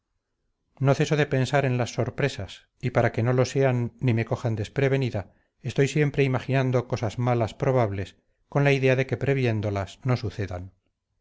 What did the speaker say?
no ceso de pensar en las sorpresas y para que no lo sean ni me cojan desprevenida estoy siempre imaginando cosas malas probables con la idea de que previéndolas no sucedan